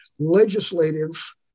legislative